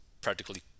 practically